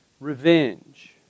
Revenge